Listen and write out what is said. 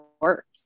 works